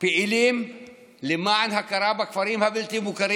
פעילים למען הכרה בכפרים הבלתי-מוכרים